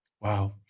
Wow